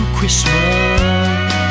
Christmas